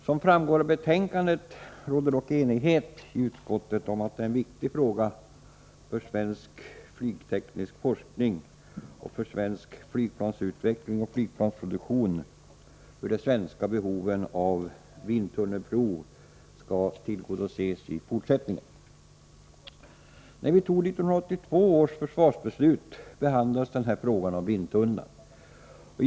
Som framgår av betänkandet råder dock enighet i utskottet om att det är en viktig fråga för svensk flygteknisk forskning, svensk flygplansutveckling och flygplansproduktion hur de svenska behoven av vindtunnelprov skall tillgodoses i fortsättningen. När vi fattade 1982 års försvarsbeslut behandlades frågan om vindtunnlar.